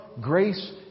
grace